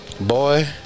Boy